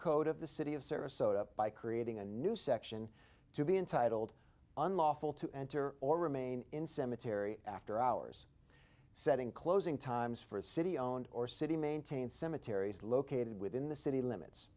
code of the city of sarasota by creating a new section to be entitled unlawful to enter or remain in cemetery after hours setting closing times for a city owned or city maintained cemeteries located within the city limits